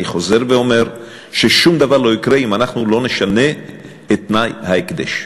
אני חוזר ואומר ששום דבר לא יקרה אם אנחנו לא נשנה את תנאי ההקדש.